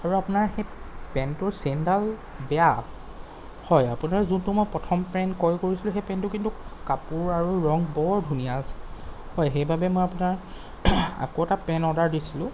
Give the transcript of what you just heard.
আৰু আপোনাৰ সেই পেণ্টটোৰ চেইনডাল বেয়া হয় আপোনাৰ যোনটো মই প্ৰথম পেণ্ট ক্ৰয় কৰিছিলোঁ সেই পেণ্টটো কিন্তু কাপোৰ আৰু ৰং বৰ ধুনীয়া আছিল হয় সেইবাবে মই আপোনাৰ আকৌ এটা পেণ্ট অৰ্ডাৰ দিছিলোঁ